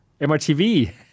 MrTV